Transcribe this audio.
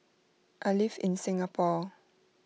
I live in Singapore